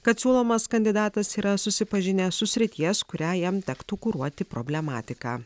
kad siūlomas kandidatas yra susipažinęs su srities kurią jam tektų kuruoti problematika